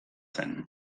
zen